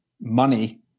money